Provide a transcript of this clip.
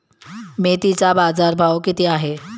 मेथीचा बाजारभाव किती आहे?